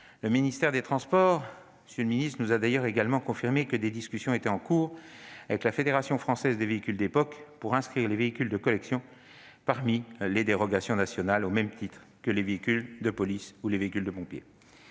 Le ministère des transports a également confirmé que des discussions étaient en cours avec la Fédération française des véhicules d'époque pour inscrire les véhicules de collection parmi les dérogations nationales, au même titre que les véhicules de police ou de pompiers.